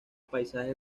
paisaje